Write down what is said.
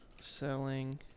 selling